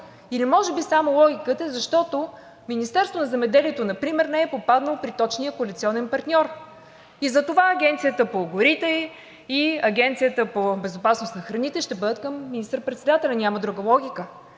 Или може би само логиката: защото Министерството на земеделието например не е попаднало при точния коалиционен партньор и затова Агенцията по горите и Агенцията по безопасност на храните ще бъдат към министър-председателя? Няма друга логика.